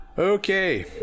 Okay